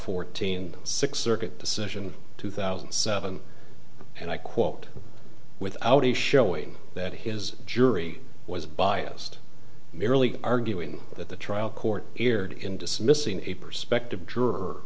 fourteen six circuit decision two thousand and seven and i quote without a showing that his jury was biased merely arguing that the trial court erred in dismissing a perspective dror